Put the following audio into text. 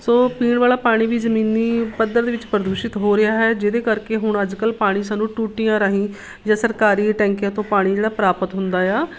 ਸੋ ਪੀਣ ਵਾਲਾ ਪਾਣੀ ਵੀ ਜਮੀਨੀ ਪੱਧਰ ਦੇ ਵਿੱਚ ਪ੍ਰਦੂਸ਼ਿਤ ਹੋ ਰਿਹਾ ਹੈ ਜਿਹਦੇ ਕਰਕੇ ਹੁਣ ਅੱਜ ਕੱਲ੍ਹ ਪਾਣੀ ਸਾਨੂੰ ਟੂਟੀਆਂ ਰਾਹੀਂ ਜਾਂ ਸਰਕਾਰੀ ਟੈਂਕੀਆਂ ਤੋਂ ਪਾਣੀ ਜਿਹੜਾ ਪ੍ਰਾਪਤ ਹੁੰਦਾ ਆ